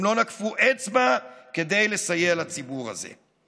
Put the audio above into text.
הם לא נקפו אצבע כדי לסייע לציבור הזה.